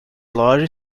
loja